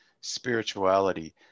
spirituality